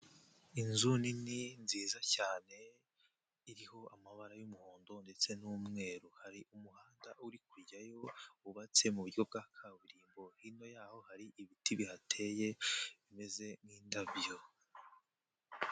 Inzu nini nziza cyane iriho amabara y'umuhondo ndetse n'umweru, hari umuhanda uri kujyayo wubatse muburyo bwa kaburimbo hino yaho hari ibiti bihateye bimeze nk'indabyo.